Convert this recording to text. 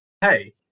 Hey